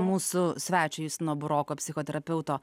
mūsų svečio justino buroko psichoterapeuto